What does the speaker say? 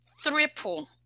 triple